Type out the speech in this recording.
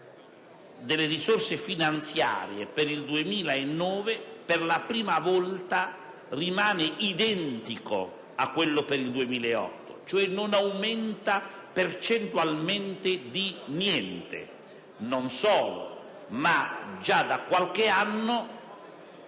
delle risorse finanziarie per il 2009, per la prima volta, rimane identico a quello del 2008, cioè non aumenta percentualmente. Non solo; ma già da qualche anno*...